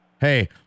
Hey